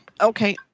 Okay